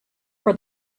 for